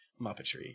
muppetry